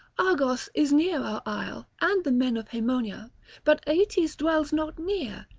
argos is near our isle and the men of haemonia but aeetes dwells not near,